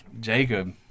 Jacob